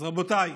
אז רבותיי,